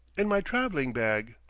in my traveling bag,